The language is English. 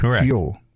fuel